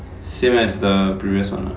same as the previous [one] lah